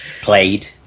played